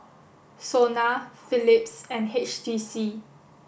SONA Philips and H T C